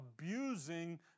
abusing